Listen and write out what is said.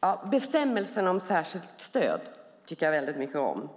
Herr talman! Bestämmelsen om särskilt stöd tycker jag väldigt mycket om,